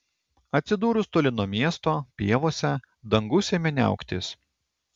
atsidūrus toli nuo miesto pievose dangus ėmė niauktis